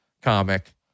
comic